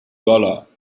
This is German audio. dollar